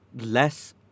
less